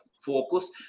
focus